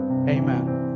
Amen